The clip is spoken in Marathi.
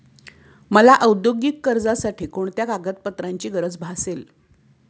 मला औद्योगिक कर्जासाठी कोणत्या कागदपत्रांची गरज भासेल?